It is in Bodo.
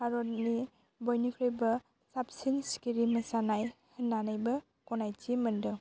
भारतनि बयनिख्रुइबो साबसिन सिखिरि मोसानाय होन्नानैबो गनायथि मोनदों